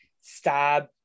stab